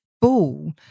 ball